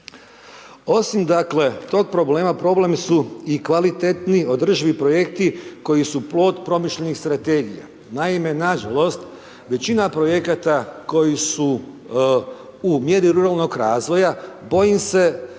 dakle tog problema, problem su i kvalitetni održivi projekti koji su plod promišljenih strategija. Naime, nažalost, većina projekata koji su u mjeri ruralnog razvoja, bojim se